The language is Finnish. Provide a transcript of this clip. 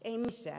ei missään